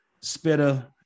Spitter